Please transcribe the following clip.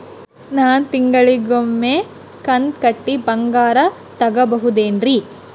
ನಾ ತಿಂಗಳಿಗ ಒಮ್ಮೆ ಕಂತ ಕಟ್ಟಿ ಬಂಗಾರ ತಗೋಬಹುದೇನ್ರಿ?